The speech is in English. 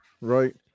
right